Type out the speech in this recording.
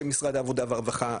למשרד העבודה והרווחה,